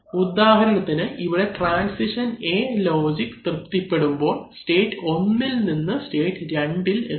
ഉദാഹരണത്തിന് ഇവിടെ transition A logic തൃപ്തി പെടുമ്പോൾ സ്റ്റേറ്റ് 1ഇൽ നിന്ന് സ്റ്റേറ്റ് 2ഇൽ എത്തും